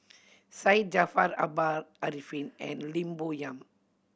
Syed Jaafar Albar Arifin and Lim Bo Yam